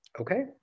Okay